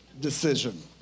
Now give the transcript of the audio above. decision